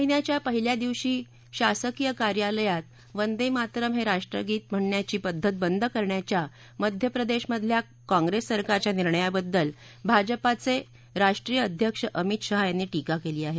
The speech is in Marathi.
महिन्याच्या पहिल्या दिवशी शासकीय कार्यालयात वंदे मातरम् हे राष्ट्रगान म्हणण्याची बद्धत बंद करण्याच्या मध्यप्रदेशमधल्या काँग्रेस सरकारच्या निर्णयाबद्दल भाजपाचे राष्ट्रीय अध्यक्ष अमित शाह यांनी टीका केली आहे